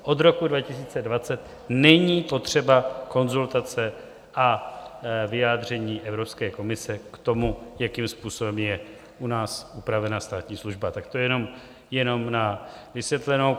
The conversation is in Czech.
Od roku 2020 není potřeba konzultace a vyjádření Evropské komise k tomu, jakým způsobem je u nás upravena státní služba, tak to jenom na vysvětlenou.